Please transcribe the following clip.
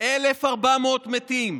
1,400 מתים,